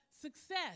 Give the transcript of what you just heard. success